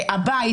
הבית,